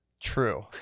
True